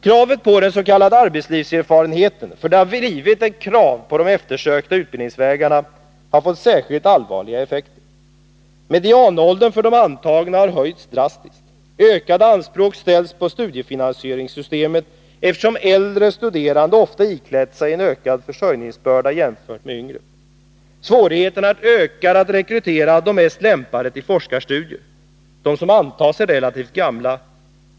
Kravet på s.k. arbetslivserfarenhet — för sådan har blivit en nödvändighet när det gäller eftersökta utbildningsvägar — har fått särskilt allvarliga effekter. Medianåldern för de antagna har höjts drastiskt. Ökade anspråk ställs på studiefinansieringssystemet, eftersom äldre studerande ofta iklätt sig en ökad försörjningsbörda jämfört med yngre studerande. Svårigheterna ökar att rekrytera de mest lämpade till forskarstudier. De som antas är relativt gamla.